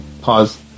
Pause